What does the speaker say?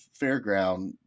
fairground